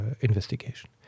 investigation